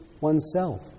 oneself